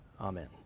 Amen